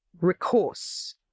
recourse